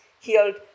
healed